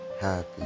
happy